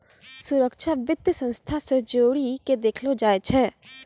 सुरक्षा वित्तीय संस्था से जोड़ी के देखलो जाय छै